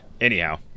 Anyhow